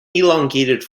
elongated